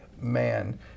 man